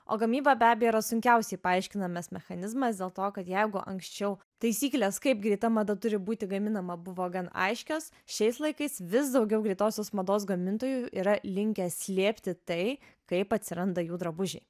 o gamyba be abejo yra sunkiausiai paaiškinamas mechanizmas dėl to kad jeigu anksčiau taisyklės kaip greita mada turi būti gaminama buvo gan aiškios šiais laikais vis daugiau greitosios mados gamintojų yra linkę slėpti tai kaip atsiranda jų drabužiai